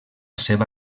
seva